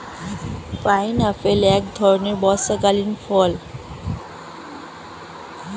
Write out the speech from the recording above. pineapple এক ধরণের বর্ষাকালীন ফল